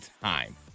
time